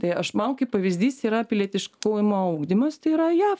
tai aš man kaip pavyzdys yra pilietiškumo ugdymas tai yra jav